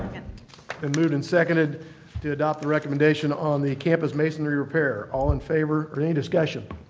and been moved and seconded to adopt the recommendation on the campus masonry repair. all in favor any discussion?